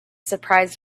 surprised